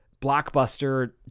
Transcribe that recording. Blockbuster